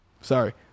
Sorry